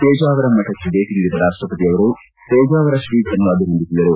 ಪೇಜಾವರ ಮಠಕ್ಕೆ ಭೇಟ ನೀಡಿದ ರಾಷ್ಟಪತಿಯವರು ಪೇಜಾವರ ತ್ರೀಗಳನ್ನು ಅಭಿನಂದಿಸಿದರು